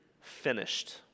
finished